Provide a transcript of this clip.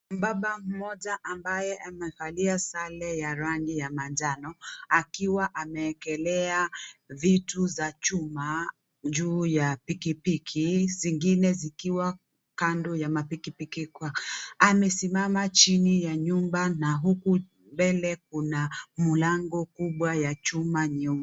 Baba moja ambaye amevalia sare ya rangi ya manjano, akiwa amewekelea vitu za chuma juu ya pikipiki. Zingine zikiwa kando ya mapikipiki. Amesimama chini ya nyumba na huku mbele kuna mlango kubwa ya chuma nyeu...